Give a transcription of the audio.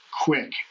quick